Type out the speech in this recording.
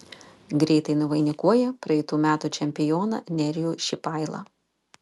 greitai nuvainikuoja praeitų metų čempioną nerijų šipailą